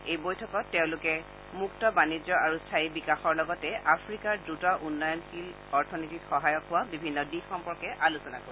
এই বৈঠকত তেওঁলোকে মুক্ত বাণিজ্য আৰু স্থায়ী বিকাশৰ লগতে আফ্ৰিকাৰ দ্ৰুত উন্নয়নশীল অৰ্থনীতি সহায় হোৱা বিভিন্ন দিশ সম্পৰ্কে আলোচনা কৰিব